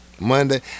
Monday